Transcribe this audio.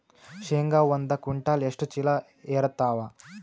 ಶೇಂಗಾ ಒಂದ ಕ್ವಿಂಟಾಲ್ ಎಷ್ಟ ಚೀಲ ಎರತ್ತಾವಾ?